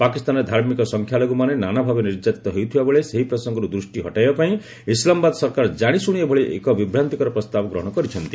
ପାକିସ୍ତାନରେ ଧାର୍ମିକ ସଂଖ୍ୟାଲଘୁମାନେ ନାନା ଭାବେ ନିର୍ଯାତିତ ହେଉଥିବା ବେଳେ ସେହି ପ୍ରସଙ୍ଗରୁ ଦୃଷ୍ଟି ହଟାଇବା ପାଇଁ ଇସଲାମାବାଦ ସରକାର ଜାଶିଶୁଣି ଏଭଳି ଏକ ବିଭ୍ରାନ୍ତିକର ପ୍ରସ୍ତାବ ଗ୍ରହଣ କରିଛନ୍ତି